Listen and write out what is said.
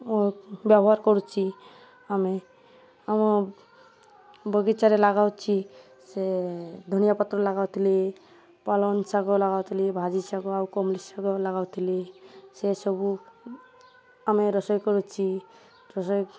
ଓ ବ୍ୟବହାର କରୁଛି ଆମେ ଆମ ବଗିଚାରେ ଲଗାଉଛି ସେ ଧନିଆ ପତ୍ର ଲଗାଉଥିଲେ ପାଲଙ୍ଗ ଶାଗ ଲାଗାଉଥିଲେ ଭାଜି ଶାଗ ଆଉ କଳମ ଶାଗ ଲଗାଉଥିଲେ ସେସବୁ ଆମେ ରୋଷେଇ କରୁଛି ରୋଷେଇ